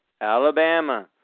Alabama